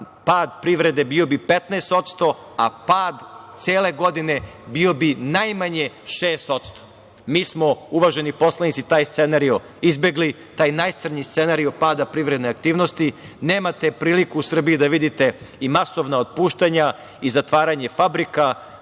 pad privrede bio bi 15%, a pad cele godine bio bi najmanje 6%.Mi smo, uvaženi poslanici, taj scenario izbegli, taj najcrnji scenario pada privredne aktivnosti. Nemate priliku u Srbiji da vidite i masovna otpuštanja i zatvaranje fabrika,